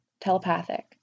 telepathic